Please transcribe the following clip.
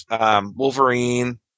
Wolverine